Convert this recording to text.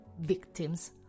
victims